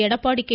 Edappadi K